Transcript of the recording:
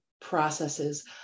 processes